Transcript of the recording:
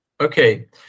okay